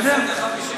זה אני יודע.